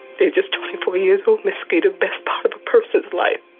just twenty four years old, miss skeeter. best part of a person's life.